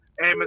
Hey